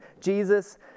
Jesus